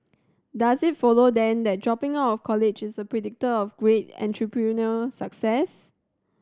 does it follow then that dropping out of college is a predictor of great entrepreneurial success